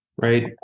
right